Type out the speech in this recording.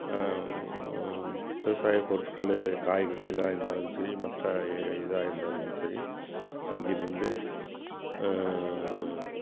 விவசாயப் பொருட்களை காய்கறிகளாக இருந்தாலும் சரி மற்ற இதாக இருந்தாலும் சரி அங்கிருந்து